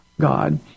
God